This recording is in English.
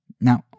Now